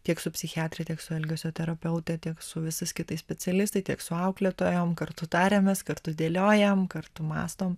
tiek su psichiatre tiek su elgesio terapeutė tiek su visais kitais specialistai tiek su auklėtojom kartu tarėmės kartu dėliojam kartu mąstom